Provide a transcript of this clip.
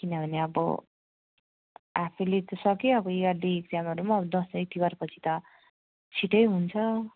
किनभने अब half yearly त सकियो अब इयर्ली इक्जामहरू पनि अब दसैँ तिहारपछि त छिटै हुन्छ